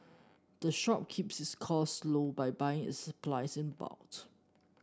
the shop keeps its cost low by buying its supplies in bulk